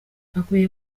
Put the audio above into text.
bakwiriye